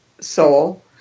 soul